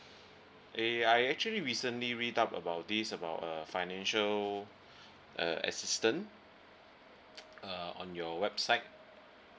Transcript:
eh I actually recently read up about this about a financial uh assistant uh on your website